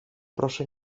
proszę